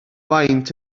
faint